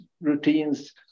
routines